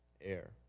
air